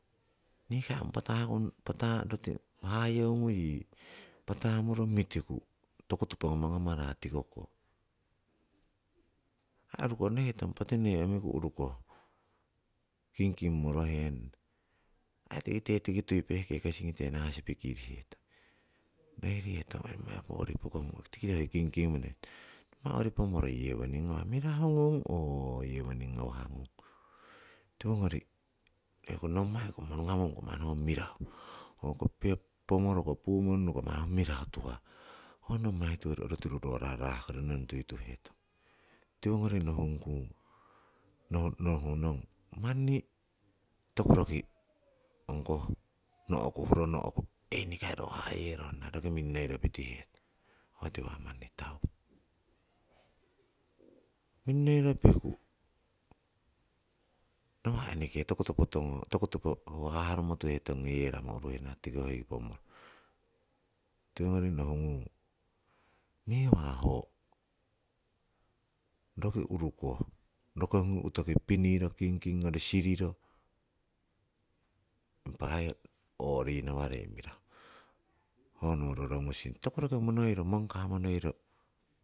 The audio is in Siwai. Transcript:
Nikai ong hayeingu yii patamuro mitiku toku topo ngamangama ra tikoko, aii urukoh nohihetong poti noi omiku urukoh kingking morohenana. Aii tikite tiki tui pehke kesingite nasipiki tuhetong, nohirihetong aii nommai ong poori' pokong, tiki hoi kingking monoihetong, nommai owori pomoro yewoning ngawahngung mirahungung oo yewoning ngawahngung. Tiwongiri nohikung nommaiko nungamong ko ho manni mirahu hoko pomoroko, pumonnuko manni ho mirahu tuhah, ho nommai tiwori orutiru ro raarah kori nong tuituhetong. tiwongori nohungkung nohuhnong manni toku roki ong koh huro nohku eh nikai ro hayerohnana roki minnoiro pitihe, ho tiwo ngawah manni tau. Minnoiro piku nawa' eneke toku topo tongo toku topo ho harumotuhetong ngoyeramo uruherana tiko hoi pomoro. Tiwongori nohungung mewa ho roki urukoh rokongi utoki piniiro kingking ngori siriro, impah aii ooh rinawarei mirahu, honowo rorongusing toku roki mongka monoiro.